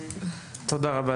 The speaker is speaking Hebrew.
תודה רבה.